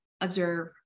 observe